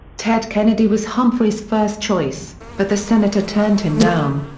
ted kennedy was humphrey's first choice, but the senator turned him down.